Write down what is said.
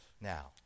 Now